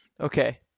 Okay